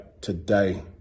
today